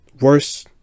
worse